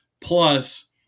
plus